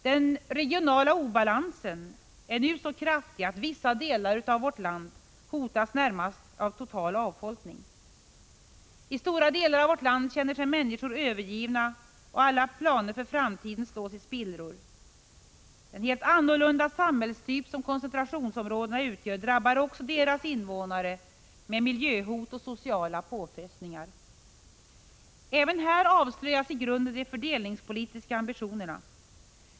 Den regionala obalansen är nu så kraftig att vissa delar av vårt land hotas av närmast total avfolkning. I stora delar av landet känner sig människor övergivna, och alla planer för framtiden slås i spillror. Den helt annorlunda samhällstyp som koncentrationsområdena utgör drabbar också deras invånare med miljöhot och sociala påfrestningar. Även här avslöjas i grunden de fördelningspolitiska ambitionerna.